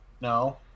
No